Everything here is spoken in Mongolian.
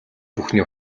бүхний